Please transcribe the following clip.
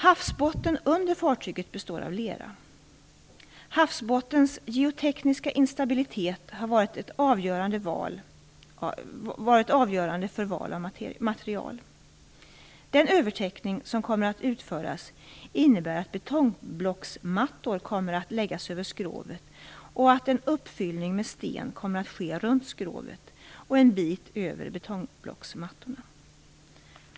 Havsbotten under fartyget består av lera. Havsbottens geotekniska instabilitet har varit avgörande för val av material. Den övertäckning som kommer att utföras innebär att betongblocksmattor kommer att läggas över skrovet, och att en uppfyllning med sten kommer att ske runt skrovet och en bit över betongblocksmattorna.